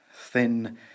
Thin